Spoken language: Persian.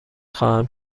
خواهم